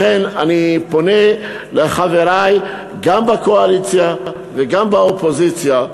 לכן אני פונה לחברי, גם בקואליציה וגם באופוזיציה,